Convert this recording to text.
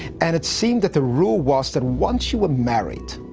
and it seemed that the rule was that once you were married,